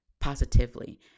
positively